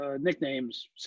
nicknames